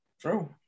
true